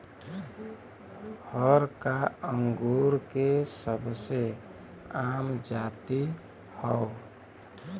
हरका अंगूर के सबसे आम जाति हौ